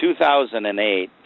2008